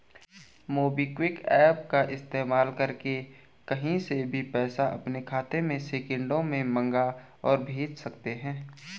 MobiKwik app का इस्तेमाल करके कहीं से भी पैसा अपने खाते में सेकंडों में मंगा और भेज सकते हैं